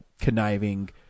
conniving